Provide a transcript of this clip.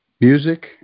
music